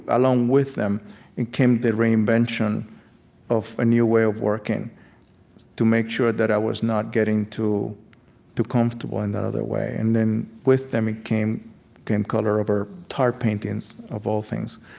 along with them and came the reinvention of a new way of working to make sure that i was not getting too too comfortable in that other way. and then with them came came color over tar paintings, of all things.